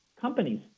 companies